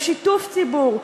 עם שיתוף ציבור,